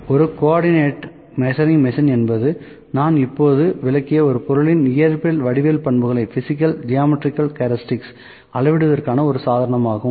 ஒரு coordinate measuring machine என்பது நான் இப்போது விளக்கிய ஒரு பொருளின் இயற்பியல் வடிவியல் பண்புகளை அளவிடுவதற்கான ஒரு சாதனமாகும்